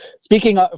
speaking